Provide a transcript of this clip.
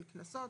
של קנסות,